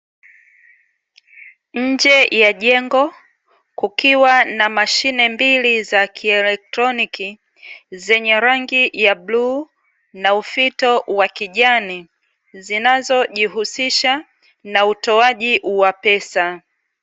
Nje ya jengo, kukiwa na mashine mbili za kielektroniki zenye rangi ya bluu, na ufito wa kijani, zinazojihusisha na utoaji wa pesa.